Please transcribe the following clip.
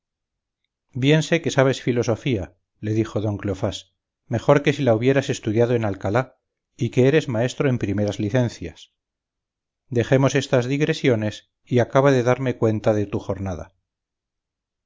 sé que sabes filosofía le dijo don cleofás mejor que si la hubieras estudiado en alcalá y que eres maestro en primeras licencias dejemos estas digresiones y acaba de darme cuenta de tu jornada